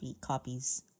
copies